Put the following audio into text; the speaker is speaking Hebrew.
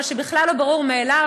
מה שבכלל לא ברור מאליו.